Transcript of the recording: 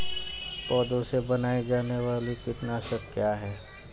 पौधों से बनाई जाने वाली कीटनाशक क्या है?